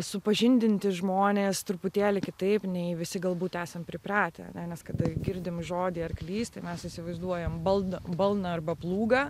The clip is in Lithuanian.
supažindinti žmones truputėlį kitaip nei visi galbūt esam pripratę nes kad girdim žodį arklys tai mes įsivaizduojam baldą balną arba plūgą